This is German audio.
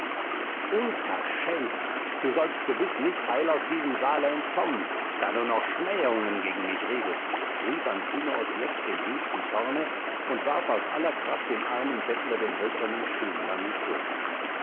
unverschämter du sollst gewiß nicht heil aus diesem saale entkommen da du noch schmähungen gegen mich redest rief antinoos jetzt im höchsten zorne und warf aus aller kraft dem armen bettler den hölzernen schemel an die schulter